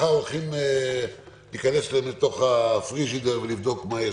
שמחר הולכים להיכנס לו לתוך המקרר ולבדוק מה יש לו שם.